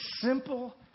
simple